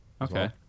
Okay